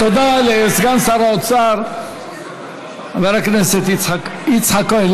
תודה לסגן שר האוצר חבר הכנסת יצחק כהן,